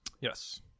Yes